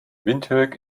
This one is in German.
windhoek